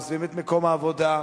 עוזבים את מקום העבודה,